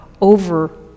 over